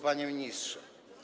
Panie Ministrze!